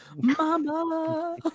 mama